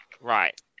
Right